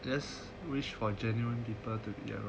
just wish for genuine people to around